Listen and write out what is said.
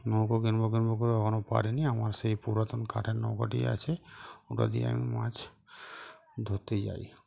নৌকো কিনবো কিনবো করে এখনও পারিনি আমার সেই পুরাতন কাঠের নৌকাটি আছে ওটা দিয়ে আমি মাছ ধরতে যাই